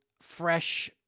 fresh